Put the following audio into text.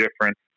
different